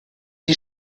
die